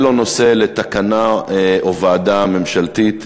זה לא נושא לתקנה או לוועדה ממשלתית.